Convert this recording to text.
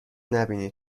نبینی